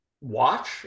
watch